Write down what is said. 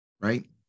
right